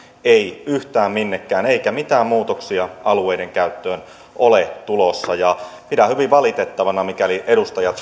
ei yhtään minnekään eikä mitään muutoksia alueiden käyttöön ole tulossa pidän hyvin valitettavana mikäli edustajat